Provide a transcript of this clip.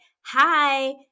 Hi